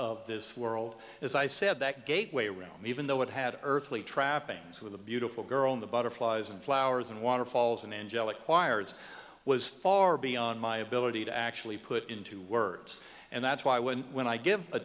of this world as i said that gateway will even though it had earth trappings with a beautiful girl in the butterflies and flowers and waterfalls and angelic choirs was far beyond my ability to actually put into words and that's why when when i g